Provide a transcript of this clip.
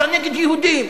אתה נגד יהודים.